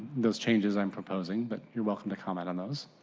those changes i'm proposing but you are welcome to comment on those.